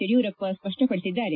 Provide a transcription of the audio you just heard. Yediyurappa ಸ್ಪಷ್ಪಪಡಿಸಿದ್ದಾರೆ